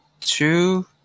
two